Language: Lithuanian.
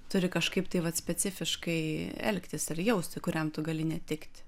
turi kažkaip tai vat specifiškai elgtis ir jausti kuriam tu gali netikti